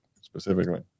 specifically